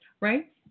right